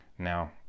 now